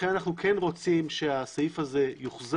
לכן אנו כן רוצים שהסעיף הזה יוחזר.